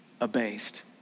abased